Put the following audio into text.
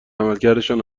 عملکردشان